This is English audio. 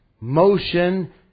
motion